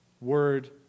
word